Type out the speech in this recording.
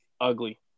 ugly